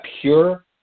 pure